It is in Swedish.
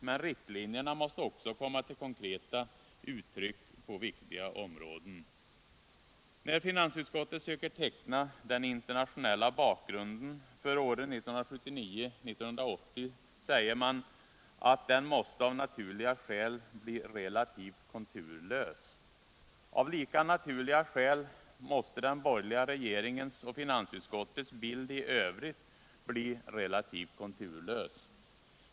Men riktlinjerna måste också komma till konkreta uttryck på viktiga områden. När finansutskottet söker teckna den internationella bakgrunden för åren 1979-1980 säger man att denna ”måste av naturliga skäl bli relativt konturlös.” Av lika naturliga skäl måste den borgerliga regeringens och finansutskottets bild i övrigt bli relativt konturlös.